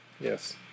Yes